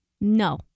No